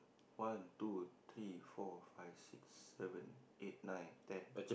one two three four five six seven eight nine ten